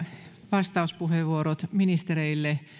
vastauspuheenvuorot ministereille